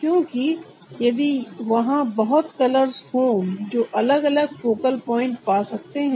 क्योंकि यदि वहां बहुत कलर्स हो जो अलग अलग फोकल प्वाइंट पा सकते हैं